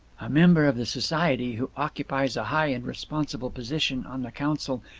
a member of the society, who occupies a high and responsible position on the council,